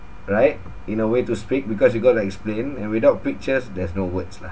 right in a way to speak because you got to explain and without pictures there's no words lah